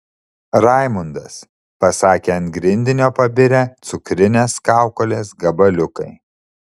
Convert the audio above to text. raimundas pasakė ant grindinio pabirę cukrines kaukolės gabaliukai